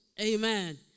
Amen